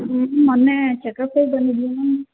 ಮೊನ್ನೆ ಚೆಕಪ್ಪಿಗೆ ಬಂದಿದ್ವಿ ಮ್ಯಾಮ್